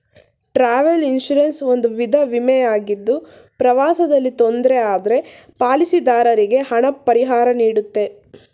travel insurance ಒಂದು ವಿಧ ವಿಮೆ ಆಗಿದ್ದು ಪ್ರವಾಸದಲ್ಲಿ ತೊಂದ್ರೆ ಆದ್ರೆ ಪಾಲಿಸಿದಾರರಿಗೆ ಹಣ ಪರಿಹಾರನೀಡುತ್ತೆ